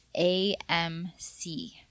AMC